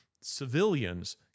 civilians